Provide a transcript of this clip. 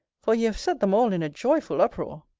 for you have set them all in a joyful uproar!